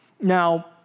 Now